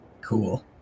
cool